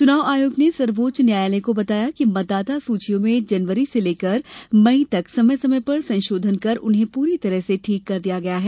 चुनाव ँ आयोग ने सर्वोच्च न्यायालय को बताया था कि मतदाता सूचियों में जनवरी से लेकर मई तक समय समय पर संशोधन कर उन्हें पूरी तरह से ठीक कर दिया गया है